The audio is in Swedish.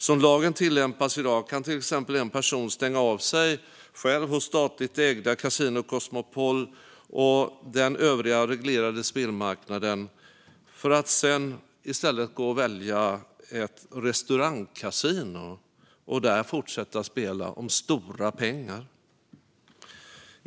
Som lagen tillämpas i dag kan till exempel en person stänga av sig själv hos statligt ägda Casino Cosmopol och den övriga reglerade spelmarknaden för att sedan välja att i stället gå till ett restaurangkasino och där fortsätta spela om stora pengar.